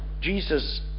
Jesus